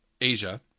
asia